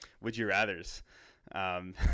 would-you-rathers